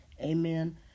Amen